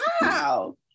wow